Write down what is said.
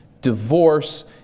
Divorce